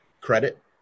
credit